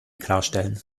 klarstellen